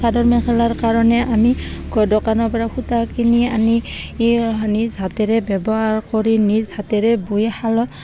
চাদৰ মেখেলাৰ কাৰণে আমি দোকানৰপৰা সূতা কিনি আনি নিজ হাতেৰে ব্যৱহাৰ কৰি নিজ হাতেৰে বৈ শালত